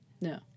No